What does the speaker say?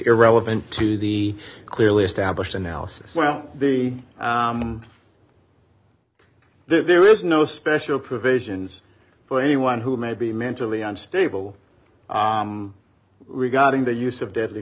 irrelevant to the clearly established analysis well the there is no special provisions for anyone who may be mentally unstable regarding the use of deadly